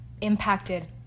impacted